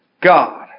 God